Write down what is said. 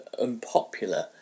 unpopular